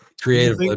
creative